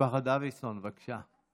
משפחת דוידסון, בבקשה.